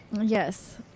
Yes